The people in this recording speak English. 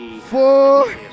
four